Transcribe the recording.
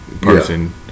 person